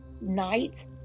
night